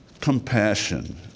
compassion